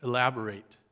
Elaborate